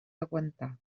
aguantar